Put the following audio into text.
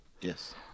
Yes